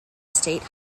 state